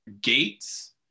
gates